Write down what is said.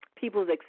people's